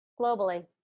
globally